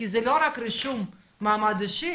כי זה לא רק רישום מעמד אישי,